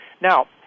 Now